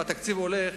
והתקציב הולך